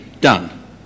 done